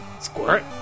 Squirt